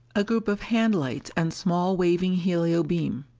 a group of hand lights and small waving helio beam.